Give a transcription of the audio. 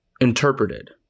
interpreted